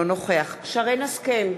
אינו נוכח שרן השכל,